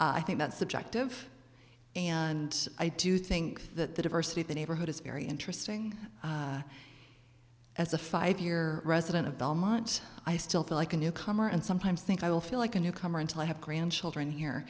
lawfully i think that's subjective and i do think that the diversity of the neighborhood is very interesting as a five year resident of belmont i still feel like a newcomer and sometimes think i will feel like a newcomer until i have grandchildren here